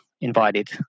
invited